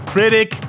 Critic